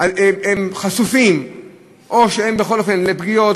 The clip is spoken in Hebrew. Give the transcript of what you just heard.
חשופים לפגיעות,